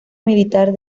militar